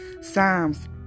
Psalms